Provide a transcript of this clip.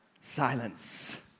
Silence